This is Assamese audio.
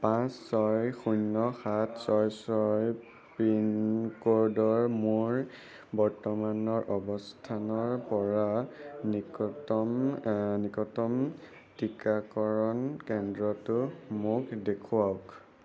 পাঁচ ছয় শূন্য সাত ছয় ছয় পিন ক'ডৰ মোৰ বৰ্তমানৰ অৱস্থানৰ পৰা নিকটতম নিকটতম টীকাকৰণ কেন্দ্ৰটো মোক দেখুৱাওক